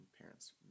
parents